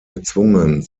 gezwungen